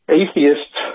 atheists